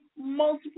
multiple